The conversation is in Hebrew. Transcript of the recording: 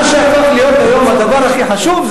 מה שהפך להיות היום הדבר הכי חשוב,